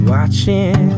Watching